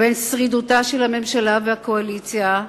ושרידותה של הממשלה והקואליציה,